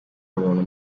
umuntu